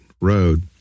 road